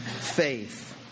faith